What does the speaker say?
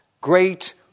great